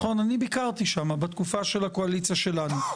אני ביקרתי שם בתקופת הקואליציה שלנו.